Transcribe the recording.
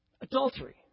Adultery